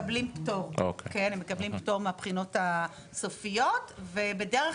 הם מקבלים פטור מהבחינות הסופיות ובדרך